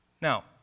Now